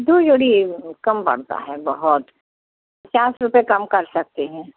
दो जोड़ी कम बनता है बहुत पचास रुपए कम कर सकते हैं